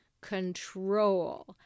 control